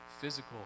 physical